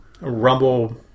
rumble